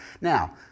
Now